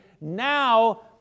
now